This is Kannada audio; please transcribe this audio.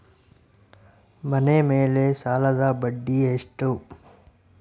ಮನೆ ಮೇಲೆ ಸಾಲದ ಬಡ್ಡಿ ಎಷ್ಟು?